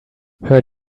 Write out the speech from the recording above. her